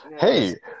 hey